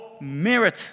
merit